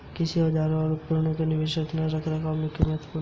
कृषि औजारों और उपकरणों का निवारक रख रखाव क्यों महत्वपूर्ण है?